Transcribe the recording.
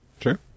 Sure